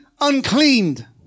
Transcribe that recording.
uncleaned